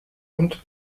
und